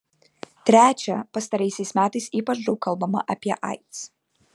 trečia pastaraisiais metais ypač daug kalbama apie aids